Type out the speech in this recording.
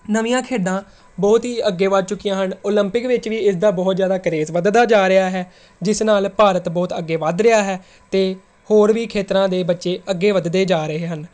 ਨਵੀਆਂ ਖੇਡਾਂ ਬਹੁਤ ਹੀ ਅੱਗੇ ਵੱਧ ਚੁੱਕੀਆਂ ਹਨ ਓਲੰਪਿਕ ਵਿੱਚ ਵੀ ਇਸ ਦਾ ਬਹੁਤ ਜ਼ਿਆਦਾ ਕਰੇਜ਼ ਵੱਧਦਾ ਜਾ ਰਿਹਾ ਹੈ ਜਿਸ ਨਾਲ ਭਾਰਤ ਬਹੁਤ ਅੱਗੇ ਵੱਧ ਰਿਹਾ ਹੈ ਹੋਰ ਵੀ ਖੇਤਰਾਂ ਦੇ ਬੱਚੇ ਅੱਗੇ ਵੱਧਦੇ ਜਾ ਰਹੇ ਹਨ